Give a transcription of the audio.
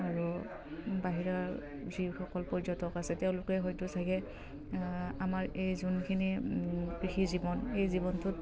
আৰু বাহিৰা যিসকল পৰ্যটক আছে তেওঁলোকে হয়তো চাগে আমাৰ এই যোনখিনি কৃষি জীৱন এই জীৱনটোত